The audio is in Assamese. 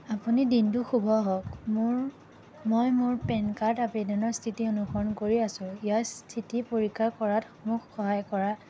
আপুনি দিনটো শুভ হওক মোৰ মই মোৰ পেন কাৰ্ড আবেদনৰ স্থিতি অনুসৰণ কৰি আছোঁ ইয়াৰ স্থিতি পৰীক্ষা কৰাত মোক সহায় কৰা